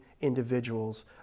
individuals